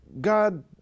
God